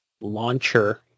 launcher